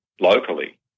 locally